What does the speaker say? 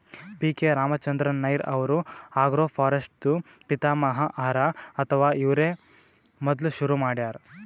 P K Ramachandran Nair ಅವ್ರು agroforestry ದೂ ಪಿತಾಮಹ ಹರಾ ಅಥವಾ ಇವ್ರೇ ಮೊದ್ಲ್ ಶುರು ಮಾಡ್ಯಾರ್